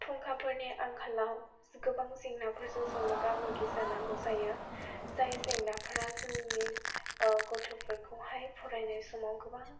फुंखाफोरनि आंखालाव गोबां जेंनाफोरजों जों मोगा मोगि जानांगौ जायो जाय जेंनाफोरा जोंनि गथ'फोरखौहाय फरायनाय समाव गोबां